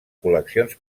col·leccions